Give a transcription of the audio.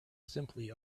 simply